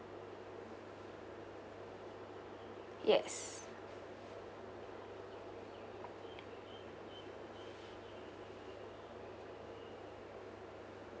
yes